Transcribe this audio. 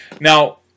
Now